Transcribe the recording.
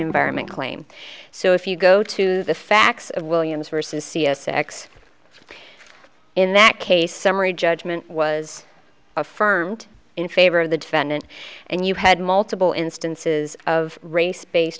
environment claim so if you go to the facts of williams versus c s x in that case summary judgment was affirmed in favor of the defendant and you had multiple instances of race based